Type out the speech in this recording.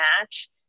match